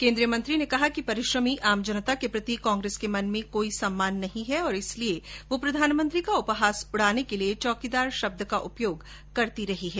केन्द्रीय मंत्री ने कहा कि परिश्रमी आम जनता के प्रति कांग्रेस के मन में कोई सम्मान नहीं है और इसलिए वह प्रधानमंत्री का उपहास उड़ाने के लिए चौकीदार शब्द का उपयोग करती है